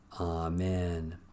Amen